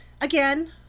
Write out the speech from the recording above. Again